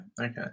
okay